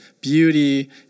beauty